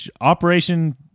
Operation